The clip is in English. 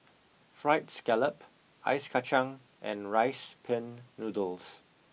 fried scallop ice kachang and rice pin noodles